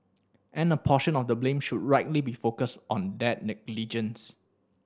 and a portion of the blame should rightly be focused on that negligence